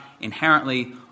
inherently